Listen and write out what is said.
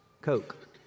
Coke